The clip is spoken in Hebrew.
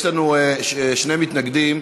יש לנו שני מתנגדים.